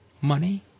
money